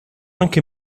anche